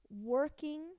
working